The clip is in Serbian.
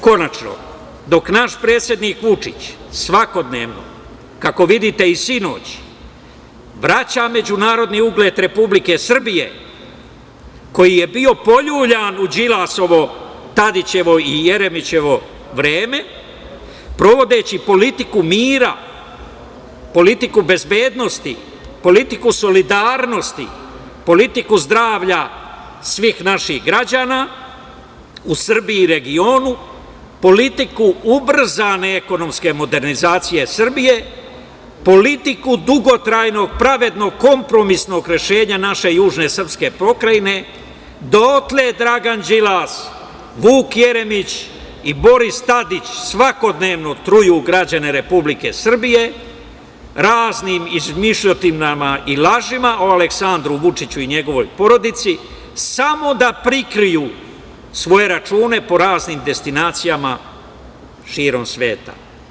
Konačno, dok naš predsednik Vučić svakodnevno, kako vidite i sinoć, vraća međunarodni ugled Republike Srbije, koji je bio poljuljan u Đilasovo, Tadićevo i Jeremićevo vreme sprovodeći politiku mira, politiku bezbednosti, politiku solidarnosti, politiku zdravlja svih naših građana u Srbiji i regionu, politiku ubrzane ekonomske modernizacije Srbije, politiku dugotrajnog, pravednog, kompromisnog rešenja naše južne srpske pokrajine dotle Dragan Đilas, Vuk Jeremić i Boris Tadić, svakodnevno truju građane Republike Srbije, raznim izmišljotinama i lažima o Aleksandru Vučiću i njegovoj porodici, samo da prikriju svoje račune po raznim destinacijama širom sveta.